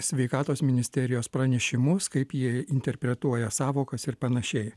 sveikatos ministerijos pranešimus kaip jie interpretuoja sąvokas ir panašiai